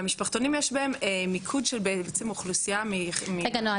והמשפחתונים יש בהם מיקוד של בעצם אוכלוסייה -- רגע נועה,